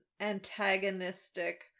antagonistic